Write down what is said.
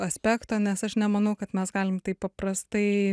aspekto nes aš nemanau kad mes galim taip paprastai